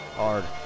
hard